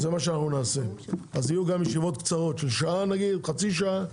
אז יהיו גם ישיבות קצרות של שעה, חצי שעה.